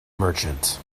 merchant